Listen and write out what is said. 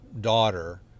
daughter